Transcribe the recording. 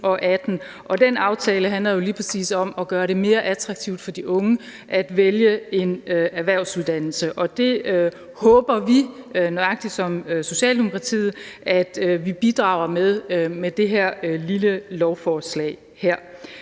jo lige præcis om at gøre det mere attraktivt for de unge at vælge en erhvervsuddannelse. Og det håber vi, nøjagtig som Socialdemokratiet, at vi bidrager med med det her lille lovforslag.